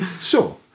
Sure